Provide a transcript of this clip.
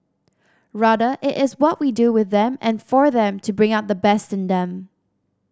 rather it is what we do with them and for them to bring out the best in them